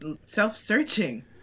self-searching